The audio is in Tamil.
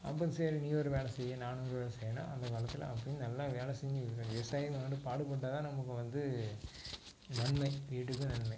அப்போ சரி நீ ஒரு வேலை செய் நானும் ஒரு வேலை செய்கிறேன்னா அந்தக் காலத்தில் அப்படியும் நல்லா வேலை செஞ்சு விவசாயி பாடுபட்டால் தான் நமக்கு வந்து நன்மை வீட்டுக்கும் நன்மை